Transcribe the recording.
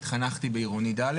התחנכתי בעירוני ד',